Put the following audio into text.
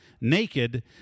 naked